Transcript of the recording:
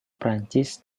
perancis